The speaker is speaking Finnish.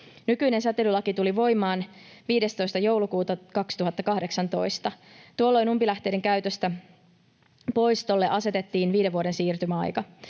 Nykyinen säteilylaki tuli voimaan 15. joulukuuta 2018. Tuolloin umpilähteiden käytöstä poistolle asetettiin viiden vuoden siirtymäaika.